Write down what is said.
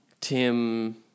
Tim